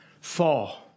fall